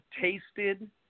tasted